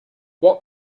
what